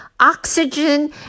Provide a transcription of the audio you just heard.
oxygen